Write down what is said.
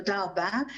תודה רבה.